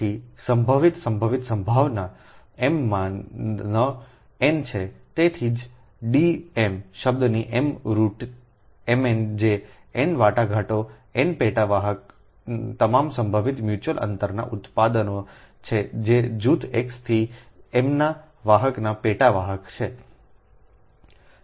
તેથી સંભવિત સંભવિત સંભાવના m માં n છે તેથી જ D m શબ્દની m રુટ છે mn જે n વાટાઘાટોના n પેટા વાહકના તમામ સંભવિત મ્યુચ્યુઅલ અંતરના ઉત્પાદનો છે જે જૂથ X થી એમના વાહકના પેટા વાહક છે